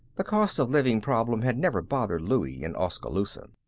the cost of living problem had never bothered louie in oskaloosa.